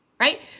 right